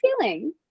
feeling